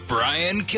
Brian